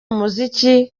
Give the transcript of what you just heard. umuziki